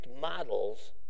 models